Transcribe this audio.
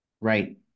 Right